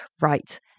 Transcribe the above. right